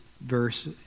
verse